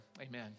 Amen